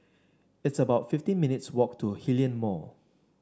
it's about fifteen minutes' walk to Hillion Mall